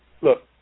Look